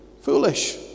Foolish